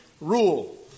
rule